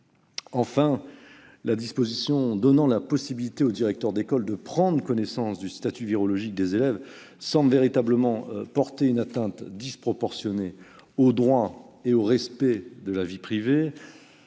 Enfin, la disposition permettant aux directeurs d'école de prendre connaissance du statut virologique des élèves semble véritablement porter une atteinte disproportionnée au droit au respect de la vie privée.